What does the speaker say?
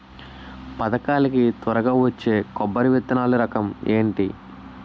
పథకాల కి త్వరగా వచ్చే కొబ్బరి విత్తనాలు రకం ఏంటి?